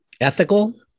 ethical